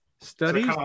studies